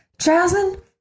Jasmine